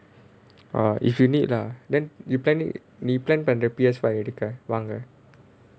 orh if you need lah then you planning நீ:nee plan பண்ற:pandra P_S five இருக்கா வாங்க:irukkaa vaanga